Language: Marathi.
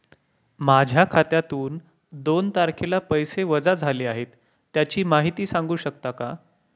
माझ्या खात्यातून दोन तारखेला पैसे वजा झाले आहेत त्याची माहिती सांगू शकता का?